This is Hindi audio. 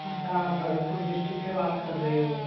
अच्छा आप भारतपुर डिस्ट्रिक्ट से बात कर रहे हो